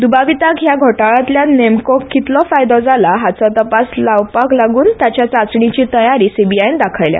द्बाविताक ह्या घोटाळ्यातल्यान नेमको कितलो फायदो जाला हाचो तपास लावपाकलागून ताच्या चाचणीची तयारी सीबीआयन दाखयल्या